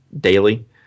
daily